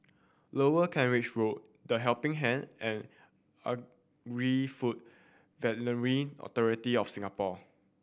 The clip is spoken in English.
Lower Kent Ridge Road The Helping Hand and Agri Food Veterinary Authority of Singapore